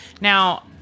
Now